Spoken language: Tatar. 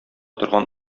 торган